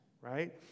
Right